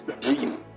dream